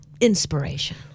inspiration